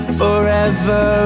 forever